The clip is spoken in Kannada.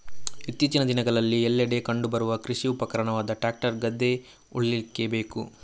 ಇತ್ತೀಚಿನ ದಿನಗಳಲ್ಲಿ ಎಲ್ಲೆಡೆ ಕಂಡು ಬರುವ ಕೃಷಿ ಉಪಕರಣವಾದ ಟ್ರಾಕ್ಟರ್ ಗದ್ದೆ ಉಳ್ಳಿಕ್ಕೆ ಬೇಕು